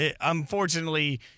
Unfortunately